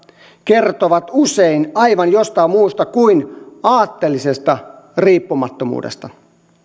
kertovat usein aivan jostain muusta kuin aatteellisesta riippumattomuudesta